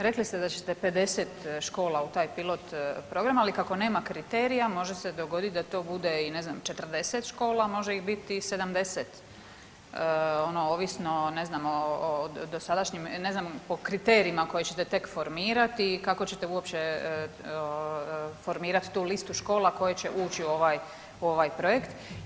Rekli ste da ćete 50 škola u taj pilot program, ali kako nema kriterija može se dogoditi da to bude i ne znam 40 škola, a može ih biti 70 ono ovisno o ne znam o dosadašnjim, ne znam o kriterijima koje ćete tek formirati i kako ćete uopće formirati tu listu škola koje će ući u ovaj projekt.